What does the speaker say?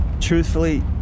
Truthfully